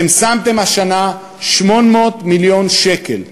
אתם שמתם השנה 800 מיליון שקל,